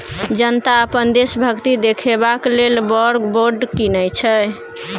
जनता अपन देशभक्ति देखेबाक लेल वॉर बॉड कीनय छै